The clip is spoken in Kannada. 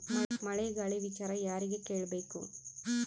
ಮಳೆ ಗಾಳಿ ವಿಚಾರ ಯಾರಿಗೆ ಕೇಳ್ ಬೇಕು?